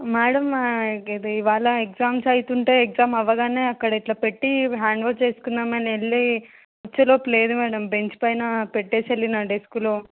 madam ఇది ఇవాళ exams అవుతుంటే ఎగ్జామ్స్ అవగానే అక్కడ ఇట్లా పెట్టి హ్యాండ్ వాష్ చేసుకుందామని వెళ్ళి వచ్చేలోపు లేదు మ్యాడమ్ బెంచ్ పైన పెట్టి వెళ్ళిన డెస్కులో